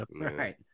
right